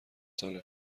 سال